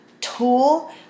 tool